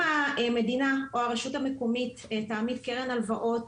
אם המדינה או הרשות המקומית תעמיד קרן הלוואות,